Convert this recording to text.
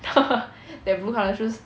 the that blue colour shoes